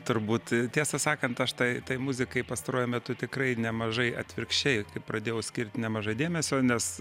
turbūt tiesą sakant aš tai tai muzikai pastaruoju metu tikrai nemažai atvirkščiai kai pradėjau skirt nemažai dėmesio nes